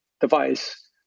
device